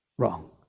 wrong